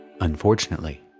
unfortunately